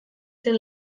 zen